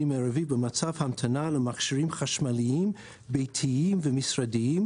מרבי במצב המתנה למכשירים חשמליים ביתיים ומשרדיים),